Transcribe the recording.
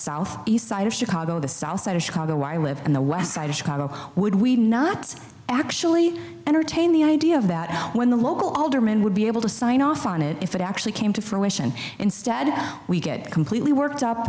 south east side of chicago the south side of chicago i live in the west side of chicago would we not actually entertain the idea of that when the local alderman would be able to sign off on it if it actually came to fruition instead we get completely worked